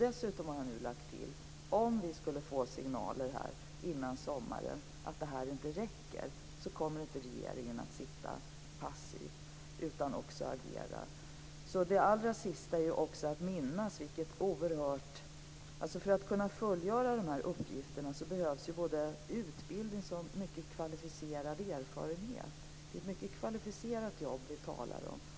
Dessutom har jag nu lagt till att om vi skulle få signaler innan sommaren om att detta inte räcker kommer regeringen inte att sitta passiv utan också agera. För att kunna fullgöra dessa uppgifter behövs ju både utbildning och mycket kvalificerad erfarenhet. Det är ett mycket kvalificerat jobb vi talar om.